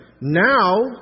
now